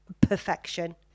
perfection